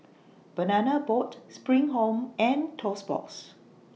Banana Boat SPRING Home and Toast Box